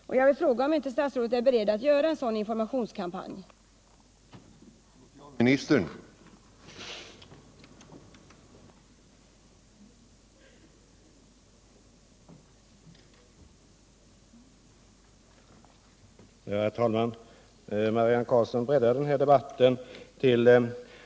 Jag vill alltså fråga om statsrådet är beredd att medverka till att genomföra en sådan informationskampanj som jag här talat om.